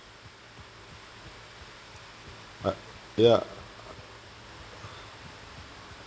uh ya